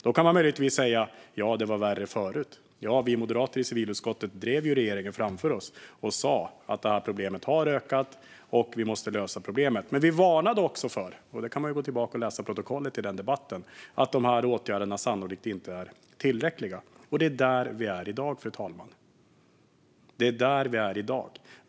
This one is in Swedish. Då kan man möjligtvis säga att det var värre förut. Ja, vi moderater i civilutskottet drev ju regeringen framför oss och sa att det här problemet har ökat och att vi måste lösa det. Men vi varnade också för - det kan man gå tillbaka och läsa i protokollet från den debatten - att de här åtgärderna sannolikt inte är tillräckliga. Det är där vi är i dag, fru talman. Det är där vi är i dag.